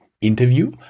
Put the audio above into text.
interview